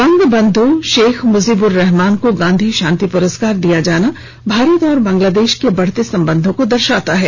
बंगबंध् शेख मुजीब्रहमान को गांधी शांति पुरस्कार दिया जाना भारत और बांग्लांदेश के बढते संबंधों को दर्शाता है